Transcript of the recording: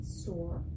store